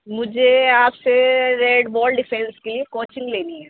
مجھے آپ سے ریڈ بال ڈیفینس کی کوچنگ لینی ہے